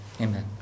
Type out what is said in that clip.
Amen